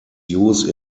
use